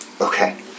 Okay